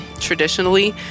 traditionally